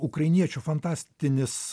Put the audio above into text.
ukrainiečių fantastinis